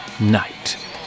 Night